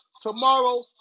Tomorrow